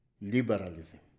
liberalism